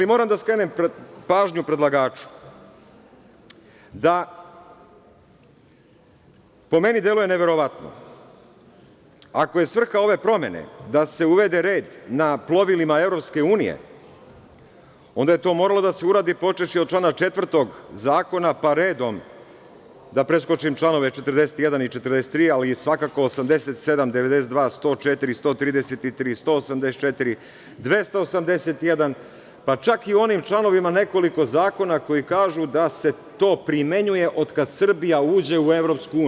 Moram da skrenem pažnju predlagaču da po meni deluje neverovatno, ako je svrha ove promene da se uvede red na plovilima EU, onda je to moralo da uradi počevši od člana 4. Zakona, pa redom, da preskočim članove 41. i 43, ali i svakako 87, 92, 104, 133, 184, 281, pa čak i onim članovima nekoliko zakona koji kažu da se to primenjuje od kada Srbija uđe u EU.